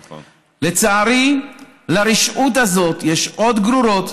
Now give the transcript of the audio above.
לצערי, לרשעות הזאת יש עוד גרורות,